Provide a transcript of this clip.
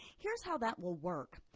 here's how that will work,